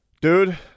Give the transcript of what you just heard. Dude